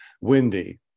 Windy